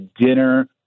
dinner